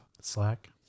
Slack